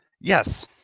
yes